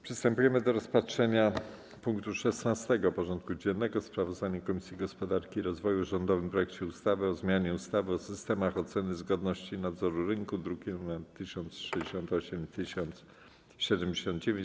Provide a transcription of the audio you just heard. Przystępujemy do rozpatrzenia punktu 16. porządku dziennego: Sprawozdanie Komisji Gospodarki i Rozwoju o rządowym projekcie ustawy o zmianie ustawy o systemach oceny zgodności i nadzoru rynku (druki nr 1068 i 1079)